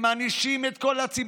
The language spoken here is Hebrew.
הם מענישים את כל הציבור,